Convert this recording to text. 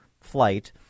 flight